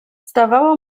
zdawało